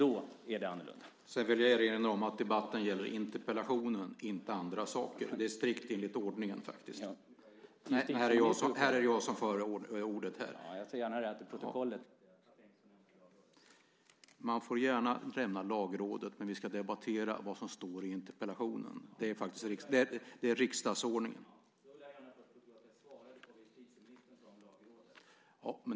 Jag vill erinra om att debatten gäller interpellationen, inte andra saker. Det är strikt enligt ordningen. Här är det jag som för ordet. Man får gärna nämna Lagrådet, men vi ska debattera vad som står i interpellationen. Det är riksdagsordningen.